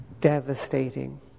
devastating